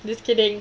just kidding